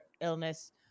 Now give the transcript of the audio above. illness